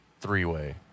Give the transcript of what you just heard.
three-way